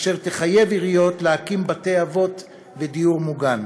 אשר תחייב עיריות להקים בתי-אבות ודיור מוגן.